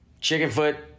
Chickenfoot